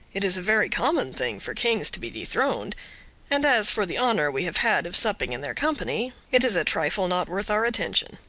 it is a very common thing for kings to be dethroned and as for the honour we have had of supping in their company, it is a trifle not worth our attention.